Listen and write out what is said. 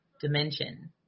dimension